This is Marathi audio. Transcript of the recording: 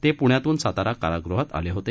ते प्ण्यातून सातारा कारागृहात आले होते